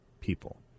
people